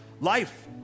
life